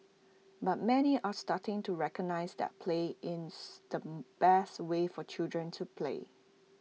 but many are starting to recognise that play is the best way for children to play